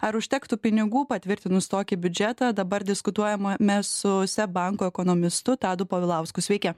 ar užtektų pinigų patvirtinus tokį biudžetą dabar diskutuojama mes su seb banko ekonomistu tadu povilausku sveiki